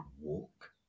walk